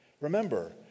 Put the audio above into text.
Remember